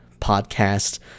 podcast